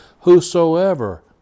whosoever